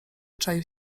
czaił